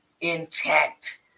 intact